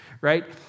right